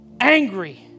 Angry